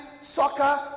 soccer